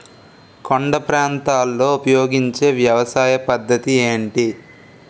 కొండ ప్రాంతాల్లో ఉపయోగించే వ్యవసాయ పద్ధతి ఏంటి?